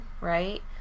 right